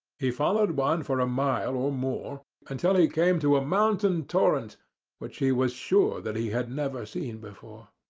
he followed one for a mile or more until he came to a mountain torrent which he was sure that he had never seen before.